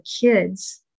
kids